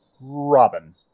Robin